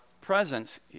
presence